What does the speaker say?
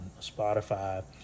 Spotify